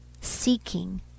seeking